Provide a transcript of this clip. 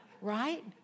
Right